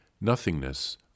nothingness